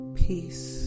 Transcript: peace